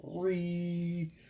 Three